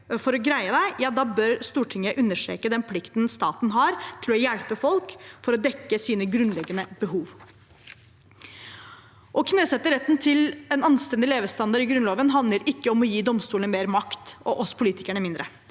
for å greie seg – gjør at Stortinget bør understreke den plikten staten har til å hjelpe folk med å dekke sine grunnleggende behov. Å knesette retten til en anstendig levestandard i Grunnloven handler ikke om å gi domstolene mer makt og oss politikere mindre